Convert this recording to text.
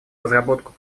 разработку